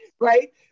Right